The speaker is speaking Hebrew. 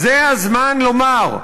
זה הזמן לומר: